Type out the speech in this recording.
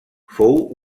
fou